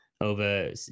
over